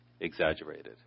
exaggerated